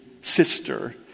sister